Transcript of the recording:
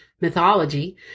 mythology